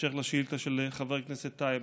בהמשך לשאילתה של חבר הכנסת טייב.